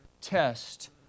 test